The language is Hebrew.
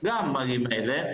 גם מגיעים אלה,